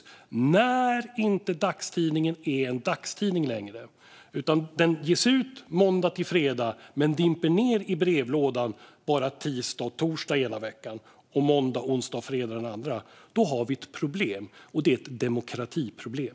Det handlar om när inte dagstidningen är en dagstidning längre utan ges ut måndag till fredag men dimper ned i brevlådan bara tisdag och torsdag ena veckan och måndag, onsdag och fredag den andra. Då har vi ett problem, och det är ett demokratiproblem.